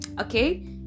okay